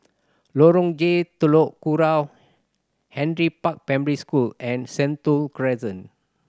Lorong J Telok Kurau Henry Park Primary School and Sentul Crescent